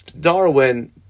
Darwin